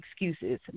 excuses